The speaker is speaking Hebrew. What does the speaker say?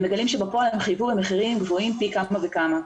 מגלים שבפועל הם חויבו במחירים גבוהים פי כמה וכמה.